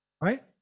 right